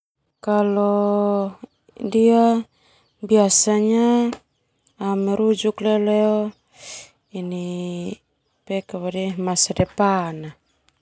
Biasanya merujuk leo masa depan.